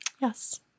Yes